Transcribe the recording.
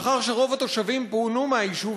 לאחר שרוב התושבים פונו מהיישוב,